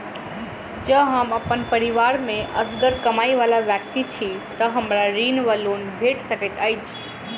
जँ हम अप्पन परिवार मे असगर कमाई वला व्यक्ति छी तऽ हमरा ऋण वा लोन भेट सकैत अछि?